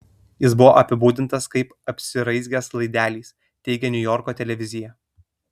jis buvo apibūdintas kaip apsiraizgęs laideliais teigia niujorko televizija